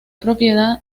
propiedad